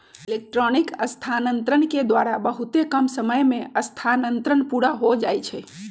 electronic स्थानान्तरण के द्वारा बहुते कम समय में स्थानान्तरण पुरा हो जाइ छइ